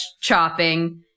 chopping